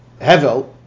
Hevel